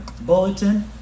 bulletin